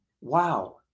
wow